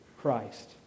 Christ